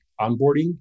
onboarding